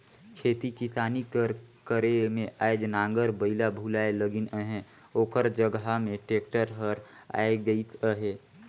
खेती किसानी कर करे में आएज नांगर बइला भुलाए लगिन अहें ओकर जगहा में टेक्टर हर आए गइस अहे